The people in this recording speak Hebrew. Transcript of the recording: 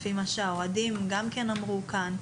לפי מה שהאוהדים אמרו כאן.